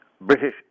British